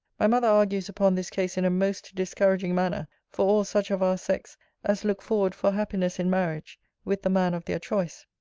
my mother argues upon this case in a most discouraging manner for all such of our sex as look forward for happiness in marriage with the man of their choice.